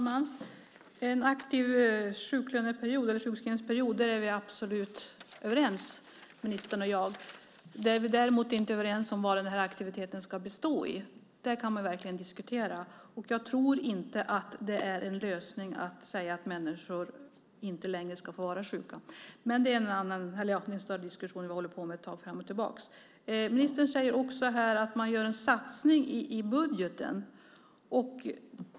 Herr talman! En aktiv sjukskrivningsperiod är vi absolut överens om, ministern och jag. Vi är däremot inte överens om vad aktiviteten ska bestå av. Det kan man diskutera. Jag tror inte att det är en lösning att säga att människor inte längre ska få vara sjuka. Men det är en annan diskussion. Ministern säger att man gör en satsning i budgeten.